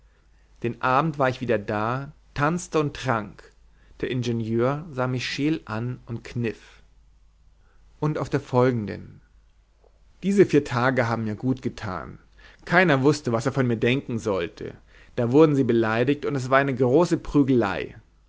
den abend war ich wieder da tanzte und trank der ingenieur sah mich scheel an und kniff und auf der folgenden diese vier tage haben mir gut getan keiner wußte was er von mir denken sollte da wurden sie beleidigt und es ward eine große prügelei